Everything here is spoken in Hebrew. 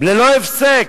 ללא הפסק.